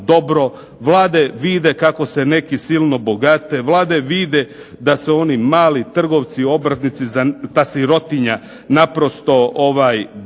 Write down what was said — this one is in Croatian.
dobro. Vlade vide kako se neki silno bogate. Vlade vide da se oni mali trgovci, obrtnici, ta sirotinja naprosto deru,